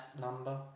number